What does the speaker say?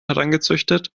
herangezüchtet